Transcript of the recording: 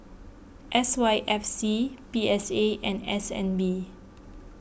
S Y F C B S A and S N B